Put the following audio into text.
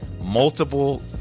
multiple